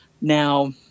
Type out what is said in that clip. Now